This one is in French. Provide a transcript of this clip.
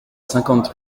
cinquante